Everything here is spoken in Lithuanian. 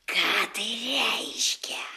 ką tai reiškia